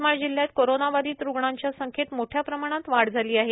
यवतमाळ जिल्ह्यात कोरोनाबाधित रुग्णांच्या संख्येत मोठ्या प्रमाणात वाढ झाली आहे